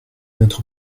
notre